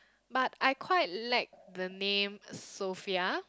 but I quite like the name Sophia